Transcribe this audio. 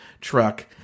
truck